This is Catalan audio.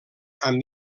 amb